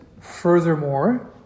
furthermore